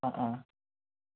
অঁ অঁ